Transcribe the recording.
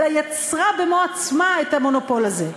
אלא יצרה במו-עצמה את המונופול הזה,